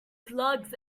slugs